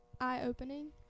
eye-opening